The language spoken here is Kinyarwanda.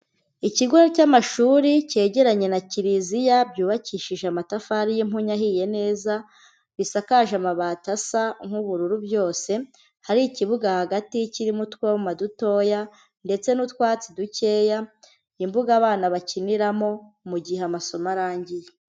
ikigo cy'amashuri cyegeranye na kiliziya byubakishije amatafari y'impuya ahiye neza, bisakaje amabati asa nk'ubururu byose. Hari ikibuga hagati kirimo utwoma dutoya ndetse n'utwatsi dukeya, imbuga abana bakiniramo mu gihe amasomo arangiye.